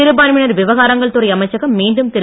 சிறுபான்மையினர் விவகாரங்கள் துறை அமைச்சகம் மீண்டும் திரு